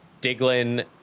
Diglin